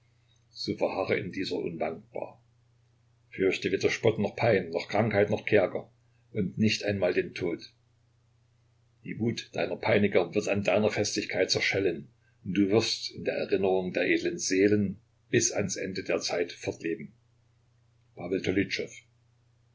in dieser unwankbar fürchte weder spott noch pein noch krankheit noch kerker und nicht einmal den tod die wut deiner peiniger wird an deiner festigkeit zerschellen und du wirst in der erinnerung der edlen seelen bis ans ende der zeiten fortleben